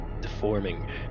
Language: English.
deforming